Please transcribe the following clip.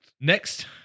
Next